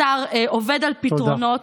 השר עובד על פתרונות.